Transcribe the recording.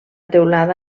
teulada